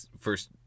first